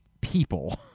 people